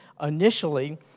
initially